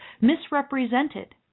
misrepresented